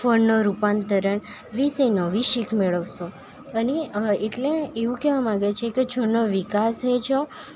ફળનો રૂપાંતરણ વિશેનો વિશિખ મેળવશો અને એટલે એવું કહેવા માંગે છે કે છોડનો વિકાસ જ